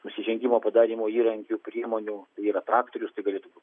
nusižengimo padarymo įrankių priemonių yra traktorius tai galėtų